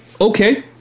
okay